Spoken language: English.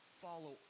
follow